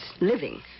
living